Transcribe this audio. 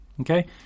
okay